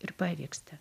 ir pavyksta